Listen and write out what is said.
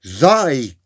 thy